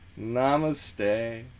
Namaste